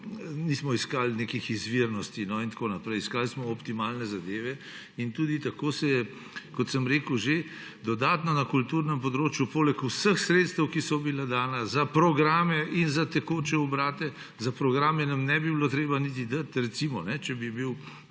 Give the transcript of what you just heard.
nismo iskali nekih izvirnosti in tako naprej. Iskali smo optimalne zadeve in tudi tako se je, kot sem rekel že, dodatno na kulturnem področju poleg vseh sredstev, ki so bila dana za programe in za tekoče obrate, za programe nam ne bi bilo treba niti dati, recimo, ker se